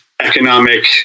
economic